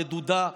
רדודה,